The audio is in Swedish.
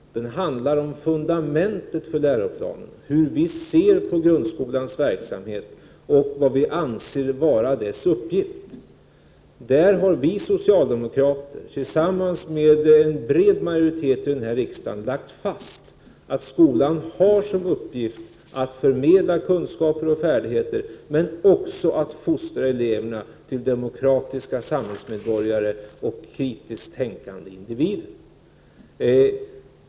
Det handlar om fundamentet för läroplanen, hur vi ser på grundskolans verksamhet och vad vi anser vara dess uppgift. Där har vi socialdemokrater, tillsammans med en bred majoritet i riksdagen, lagt fast att skolan har som uppgift att förmedla kunskaper och färdigheter men också att fostra eleverna till demokratiska samhällsmedborgare och kritiskt tänkande individer.